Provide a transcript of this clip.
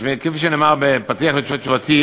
כפי שנאמר בפתיח לתשובתי,